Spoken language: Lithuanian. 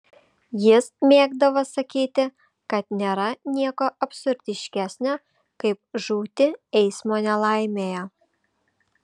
jis mėgdavo sakyti kad nėra nieko absurdiškesnio kaip žūti eismo nelaimėje